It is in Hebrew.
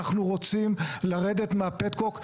אנחנו רוצים לרדת מהפטקוק,